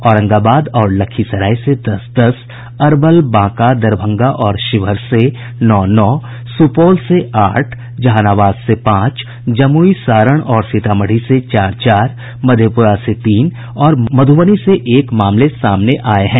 औरंगाबाद और लखीसराय से दस दस अरवल बांका दरभंगा और शिवहर से नौ नौ सूपौल से आठ जहानाबाद से पांच जमुई सारण और सीतामढ़ी से चार चार मधेपुरा से तीन और मधुबनी से एक मामले सामने आये हैं